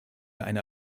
einer